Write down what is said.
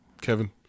Kevin